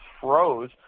froze